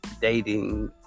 dating